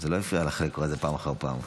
זה לא הפריע לך לקרוא את זה פעם אחר פעם.